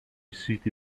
siti